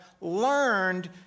learned